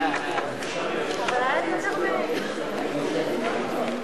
ההסתייגות לחלופין של חבר הכנסת שלמה מולה לשם החוק לא נתקבלה.